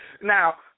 Now